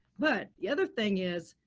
but the other thing is,